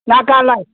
मा दा लाइ